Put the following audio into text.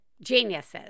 geniuses